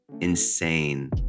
insane